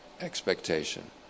expectation